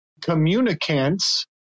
communicants